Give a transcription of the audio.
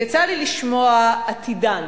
יצא לי לשמוע עתידן